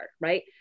right